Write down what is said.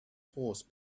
horse